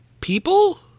people